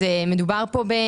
מדובר פה על